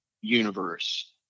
universe